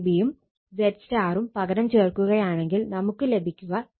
അപ്പോൾ Vab 210 ഈ Vab യും ZY യും പകരം ചേർക്കുകയാണെങ്കിൽ നമുക്ക് ലഭിക്കുക 2